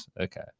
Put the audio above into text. Okay